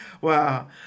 Wow